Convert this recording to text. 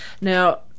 Now